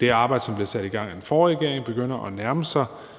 det arbejde, der blev sat i gang af den tidligere regering, begynder at nærme sig